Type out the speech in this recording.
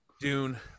Dune